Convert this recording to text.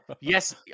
Yes